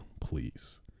please